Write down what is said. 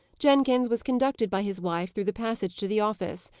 jenkins was conducted by his wife through the passage to the office.